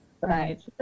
Right